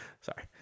Sorry